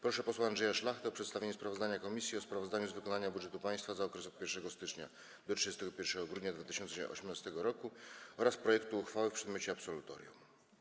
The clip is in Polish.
Proszę posła Andrzeja Szlachtę o przedstawienie sprawozdania komisji o sprawozdaniu z wykonania budżetu państwa za okres od 1 stycznia do 31 grudnia 2018 r. oraz projektu uchwały w przedmiocie absolutorium.